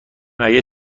مگه